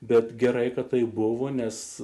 bet gerai kad taip buvo nes